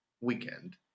weekend